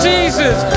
Jesus